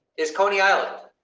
is coney island.